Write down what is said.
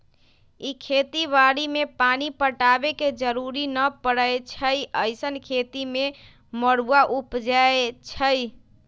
इ खेती बाड़ी में पानी पटाबे के जरूरी न परै छइ अइसँन खेती में मरुआ उपजै छइ